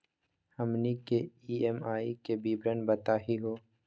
हमनी के ई.एम.आई के विवरण बताही हो?